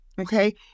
okay